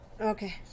okay